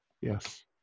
Yes